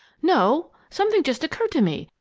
no something just occurred to me.